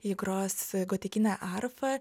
ji gros gotikine arfa